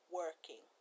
working